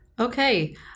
Okay